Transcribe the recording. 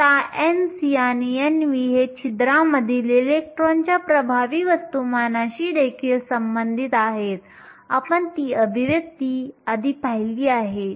आता Nc आणि Nv हे छिद्रांमधील इलेक्ट्रॉनच्या प्रभावी वस्तुमानाशी देखील संबंधित आहेत आपण ती अभिव्यक्ती आधी पाहिली आहे